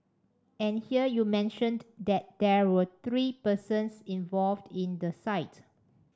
and here you mention that there were three persons involved in the site